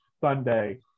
Sunday